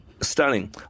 Stunning